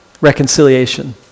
reconciliation